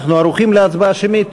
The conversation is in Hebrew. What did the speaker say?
אנחנו ערוכים להצבעה שמית?